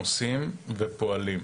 עושים ופועלים.